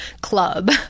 club